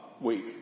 week